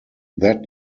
that